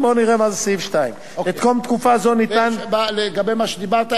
בוא נראה מה זה סעיף 2. לגבי מה שדיברת,